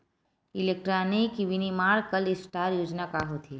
Electronic विनीर्माण cluster योजना का होथे?